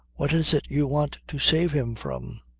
what is it you want to save him from?